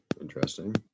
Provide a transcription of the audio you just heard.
interesting